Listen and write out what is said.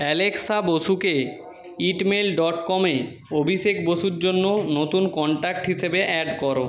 Alexa বসুকে ইটমেল dot কমে অভিষেক বসুর জন্য নতুন কন্টাক্ট হিসেবে অ্যাড করো